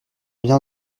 bien